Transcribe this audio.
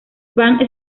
bank